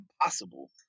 impossible